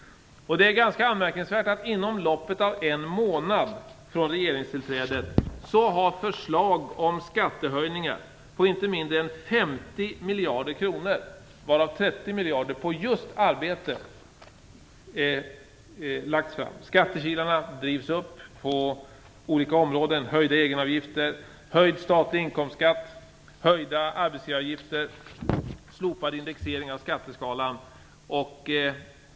Inom loppet av en månad från regeringstillträdet har förslag om skattehöjningar på inte mindre än 50 miljarder kronor lagts fram - varav 30 miljarder gäller just skatt på arbete. Det är ganska anmärkningsvärt. Skattekilarna drivs upp på olika områden. Det blir höjda egenavgifter, en höjd statlig inkomstskatt, höjda arbetsgivaravgifter och en slopad indexering av skatteskalan.